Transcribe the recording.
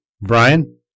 Brian